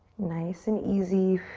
nice and easy.